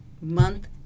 Month